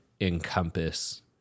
encompass